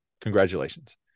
Congratulations